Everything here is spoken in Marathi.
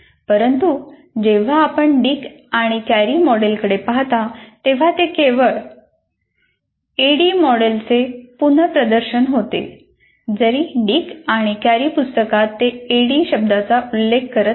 परंतु जेव्हा आपण डिक आणि कॅरी मॉडेलकडे पाहता तेव्हा ते केवळ DIडडीई मॉडेलचे पुनर्प्रदर्शन होते जरी डिक आणि कॅरी पुस्तकात ते एडीडीई शब्दाचा उल्लेख करत नाहीत